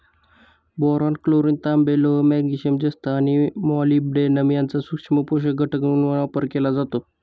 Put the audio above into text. boron, chlorine, तांबे, लोह, magnesium, जस्त आणि मॉलिब्डेनम यांचा सूक्ष्म पोषक घटक म्हणून वापर केला जातो